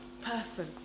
person